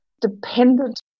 dependent